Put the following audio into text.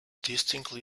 distinctly